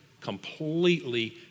Completely